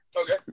Okay